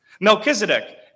Melchizedek